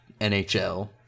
NHL